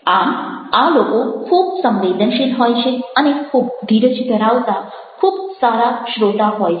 આમ આ લોકો ખૂબ સંવેદનશીલ હોય છે અને ખૂબ ધીરજ ધરાવતા ખૂબ સારા શ્રોતા હોય છે